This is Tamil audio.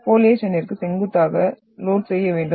பாலியேசனிற்கு செங்குத்தாக லோட் செய்ய வேண்டும்